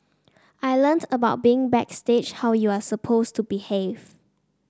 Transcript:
I learnt about being backstage how you are supposed to behave